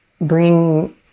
bring